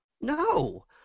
No